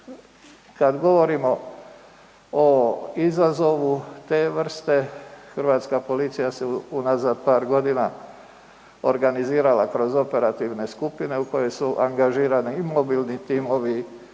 kad govorimo o izazovu te vrste, hrvatska policija se unazad par godina organizirala kroz operativne skupine u kojoj su angažirani i mobilni timovi